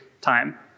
time